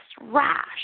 rash